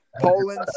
Poland